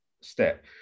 step